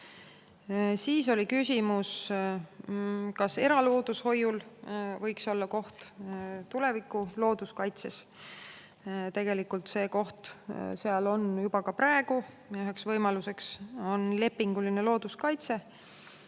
Siis oli küsimus, kas eraloodushoiul võiks olla koht tuleviku looduskaitses. Tegelikult on see koht seal juba praegu. Üks võimalus on lepinguline looduskaitse,